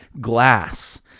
Glass